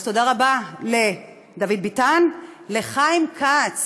אז תודה רבה לדוד ביטן, לחיים כץ